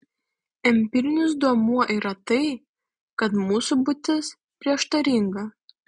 empirinis duomuo yra tai kad mūsų būtis prieštaringa